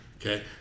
okay